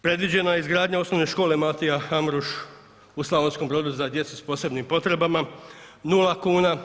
Predviđena je izgradnja Osnovne škole Matija Amruš u Slavonskom Brodu za djecu sa posebnim potrebama nula kuna.